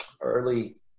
early